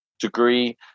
degree